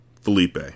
Felipe